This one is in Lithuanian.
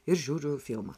ir žiūriu filmą